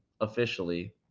officially